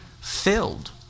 filled